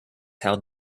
how